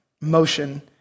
motion